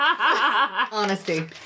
Honesty